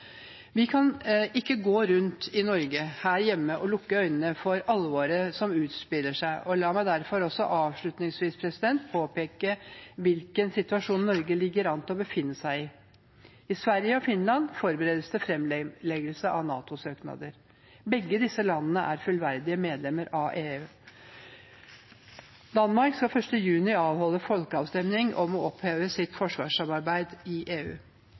Vi kan ikke gå rundt i Norge, her hjemme, og lukke øynene for alvoret som utspiller seg. La meg derfor avslutningsvis påpeke hvilken situasjon Norge ligger an til å befinne seg i. I Sverige og Finland forberedes det framleggelse av NATO-søknader. Begge disse landene er fullverdige medlemmer av EU. Danmark skal 1. juni avholde folkeavstemning om å oppheve sitt forsvarssamarbeid i EU.